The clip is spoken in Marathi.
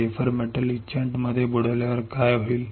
वेफरला मेटल इचेंटमध्ये बुडवल्यावर काय होईल